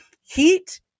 heat